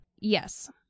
Yes